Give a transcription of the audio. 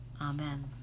Amen